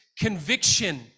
conviction